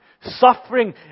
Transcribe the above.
suffering